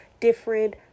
different